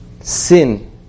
sin